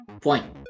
Point